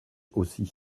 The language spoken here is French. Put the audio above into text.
aussi